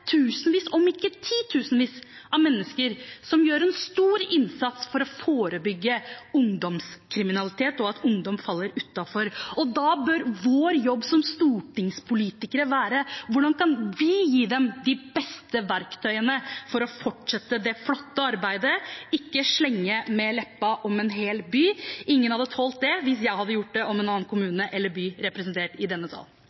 tusenvis, om ikke titusenvis, av mennesker som gjør en stor innsats for å forebygge ungdomskriminalitet og at ungdom faller utenfor, og da bør vår jobb som stortingspolitikere være hvordan vi kan gi dem de beste verktøyene for å fortsette det flotte arbeidet – ikke å slenge med leppa om en hel by. Ingen hadde tålt det hvis jeg hadde gjort det om en annen kommune eller en annen by, representert i denne sal.